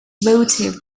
votive